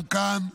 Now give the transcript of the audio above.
גם כאן,